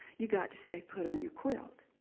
you got to stay put on your quilt.